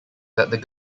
that